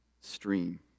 stream